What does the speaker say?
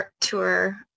tour